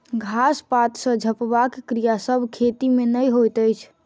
घास पात सॅ झपबाक क्रिया सभ खेती मे नै होइत अछि